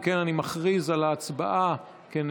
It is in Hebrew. אם כן, אני מכריז על ההצבעה כנעולה.